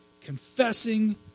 confessing